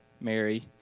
Mary